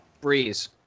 Breeze